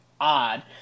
Odd